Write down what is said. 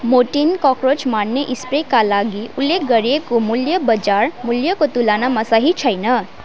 Mortein cockroach मार्ने स्प्रेका लागि उल्लेख गरिएको मूल्य बजार मूल्यको तुलनामा सही छैन